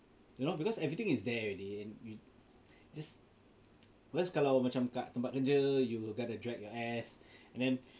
you know because everything is there already and we just whereas kalau macam kat tempat kerja you've got to drag your ass and then